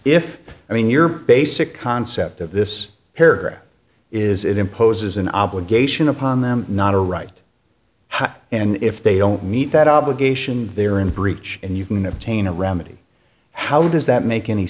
if i mean your basic concept of this here is it imposes an obligation upon them not a right and if they don't meet that obligation they're in breach and you can obtain a remedy how does that make any